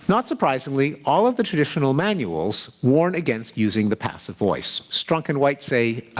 not surprisingly, all of the traditional manuals warn against using the passive voice. strunk and white say,